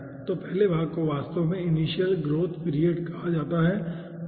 तो पहले भाग को वास्तव में इनिशियल ग्रोथ पीरियड कहा जाता है ठीक है